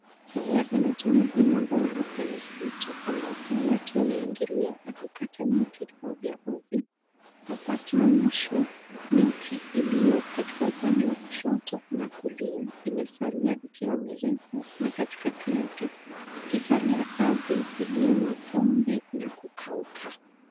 Haya ni matumizi mabya ya msitu ambapo watu wameingilia na kukata miti ovyoovyo. Hapa tunaonyeshwa miti iliyo katika upande w kushoto na kulia imesalia kuwa mirefu na katikati yake kukusalia ardhi iliyo na vumbi na kukauka.